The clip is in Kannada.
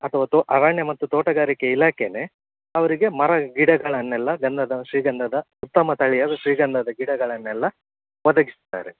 ಅಥವಾ ತೊ ಅರಣ್ಯ ಮತ್ತು ತೋಟಗಾರಿಕೆ ಇಲಾಖೆನೇ ಅವರಿಗೆ ಮರ ಗಿಡಗಳನ್ನೆಲ್ಲ ಗಂಧದ ಶ್ರೀಗಂಧದ ಉತ್ತಮ ತಳಿಯ ಅದು ಶ್ರೀಗಂಧದ ಗಿಡಗಳನ್ನೆಲ್ಲ ಒದಗಿಸ್ತಾರೆ